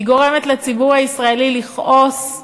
היא גורמת לציבור הישראלי לכעוס,